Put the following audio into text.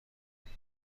میگی